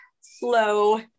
slow